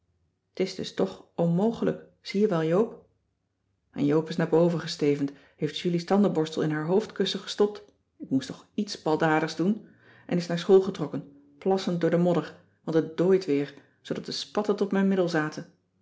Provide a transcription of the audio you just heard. t is dus toch onmogelijk zie je wel joop en joop is naar boven gestevend heeft julies tandenborstel in haar hoofdkussen gestopt ik moest toch iets baldadigs doen en is naar school getrokken plassend door de modder want het dooit weer zoodat de spatten tot mijn middel zaten